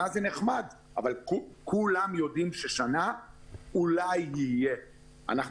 כולם יודעים ששנה זה אומר שאנחנו